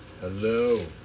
Hello